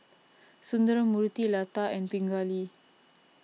Sundramoorthy Lata and Pingali